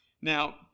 Now